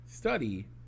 study